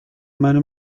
منو